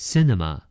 Cinema